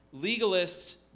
Legalists